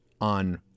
on